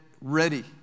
ready